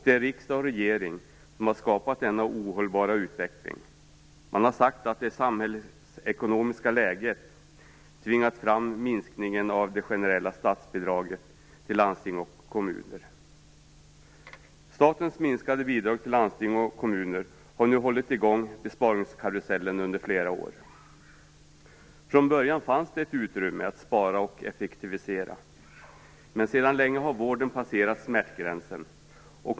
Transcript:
Det är riksdag och regering som har skapat denna ohållbara utveckling. Man har sagt att det samhällsekonomiska läget tvingat fram minskningen av det generella statsbidraget till landsting och kommuner. Statens minskade bidrag till landsting och kommuner har nu hållit i gång besparingskarusellen under flera år. Från början fanns det ett utrymme att spara och effektivisera, men sedan länge har vården passerat smärtgränsen.